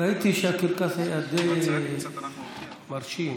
ראיתי שהקרקס היה די מרשים.